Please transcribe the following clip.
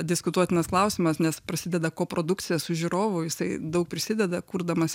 diskutuotinas klausimas nes prasideda koprodukcija su žiūrovu jisai daug prisideda kurdamas